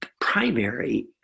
primary